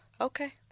Okay